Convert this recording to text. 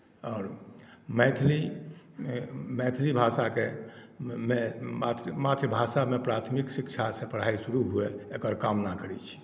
आओर मैथिली मैथिली भाषाके मातृ मातृभाषामे प्राथमिक शिक्षासँ पढ़ाइ शुरू हुअए एकर कामना करैत छी